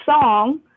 song